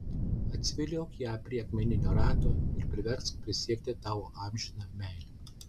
atsiviliok ją prie akmeninio rato ir priversk prisiekti tau amžiną meilę